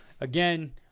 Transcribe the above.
again